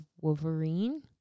Wolverine